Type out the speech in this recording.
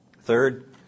Third